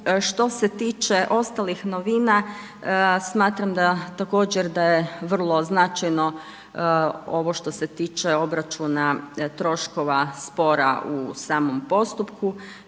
Što se tiče ostalih novina, smatram da također da je vrlo značajno ovo što se tiče obračuna troškova spora u samom postupku